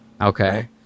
Okay